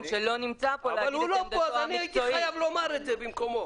שלא נמצא כאן להגיד את עמדתו המקצועית.